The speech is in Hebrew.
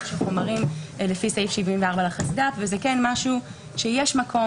של חומרים לפי סעיף 74 לחסד"פ וזה משהו שיש מקום